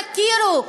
תכירו.